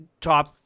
top